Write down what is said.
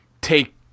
take